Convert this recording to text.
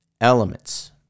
elements